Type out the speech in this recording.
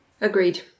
Agreed